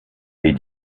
est